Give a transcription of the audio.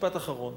משפט אחרון,